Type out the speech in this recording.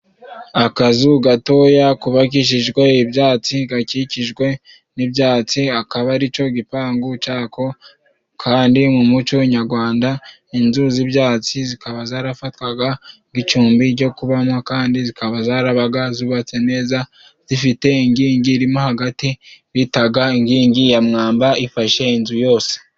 Akazu gatoya kubakikijwe ibyatsi, gakikijwe n'ibyatsi akaba ari co gipangu cako. Kandi mu muco nyarwanda inzu z'ibyatsi zikaba zarafatwaga ng'icumbi ryo kubamo, kandi zikaba zarabaga zubatse neza zifite ingingi imwe hagati, bitaga ingingi ya mwamba ifashe inzu yose.